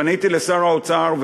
פניתי אל שר האוצר,